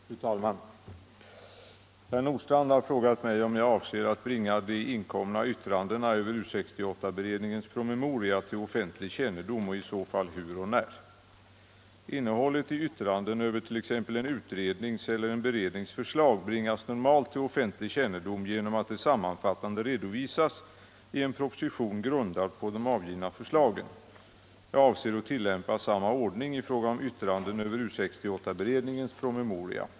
Fru talman! Herr Nordstrandh har frågat mig om jag avser att bringa de inkomna yttrandena över U 68-beredningens promemoria till offentlig kännedom och i så fall hur och när. Innehållet i yttranden över t.ex. en utrednings eller en berednings förslag bringas normalt till offentlig kännedom genom att det sammanfattande redovisas i en proposition grundad på de avgivna förslagen. Jag avser att tillämpa samma ordning i fråga om yttrandena över U 68-beredningens promemoria.